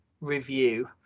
review